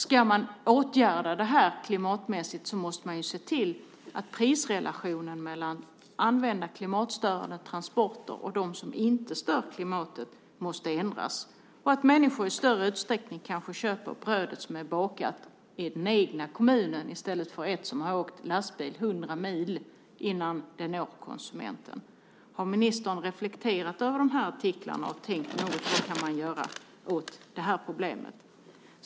Ska man åtgärda detta klimatmässigt måste man se till att prisrelationen mellan klimatstörande transporter och transporter som inte stör klimatet måste ändras. Människor måste i större utsträckning köpa bröd som är bakat i den egna kommunen i stället för ett som har åkt lastbil 100 mil innan det når konsumenten. Har ministern reflekterat över artiklarna och funderat över vad man kan göra åt problemet?